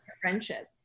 friendship